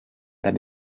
that